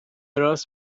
راست